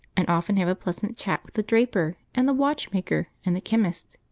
and often have a pleasant chat with the draper, and the watchmaker, and the chemist.